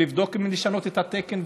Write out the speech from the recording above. לבדוק אם לשנות את התקן,